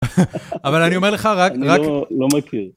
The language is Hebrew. אבל אני אומר לך רק, רק... אני לא מכיר.